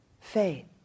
faith